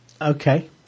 Okay